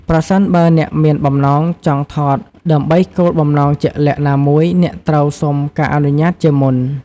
ប្រសិនបើអ្នកមានបំណងចង់ថតដើម្បីគោលបំណងជាក់លាក់ណាមួយ អ្នកត្រូវសុំការអនុញ្ញាតជាមុន។